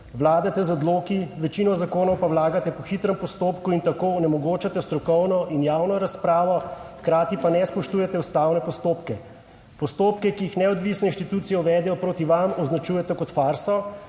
Vladate z odloki. Večino zakonov pa vlagate po hitrem postopku in tako onemogočate strokovno in javno razpravo, hkrati pa ne spoštujete ustavnih postopkov. Postopke, ki jih neodvisne inštitucije uvedejo proti vam, označujete kot farso.